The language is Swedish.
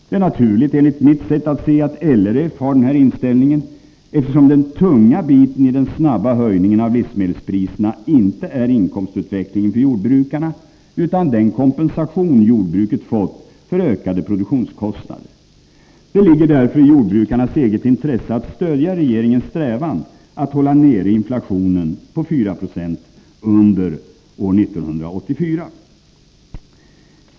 Det är naturligt, enligt mitt sätt att se, att LRF har den här inställningen, eftersom den tunga biten i den snabba höjningen av livsmedelspriserna inte är inkomstutvecklingen för jordbrukarna, utan den kompensation jordbruket fått för ökade produktionskostnader. Det ligger därför i jordbrukarnas eget intresse att stödja regeringens strävan att hålla nere inflationen på 4 Yo under år 1984.